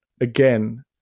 again